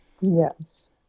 Yes